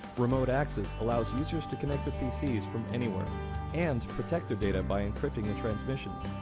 remote access allows users to connect to pcs from anywhere and protect their data by encrypting the transmissions.